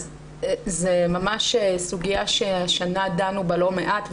זאת סוגיה שהשנה דנו בה לא מעט,